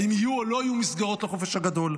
האם יהיו לא יהיו מסגרות לחופש הגדול?